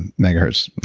and megahertz.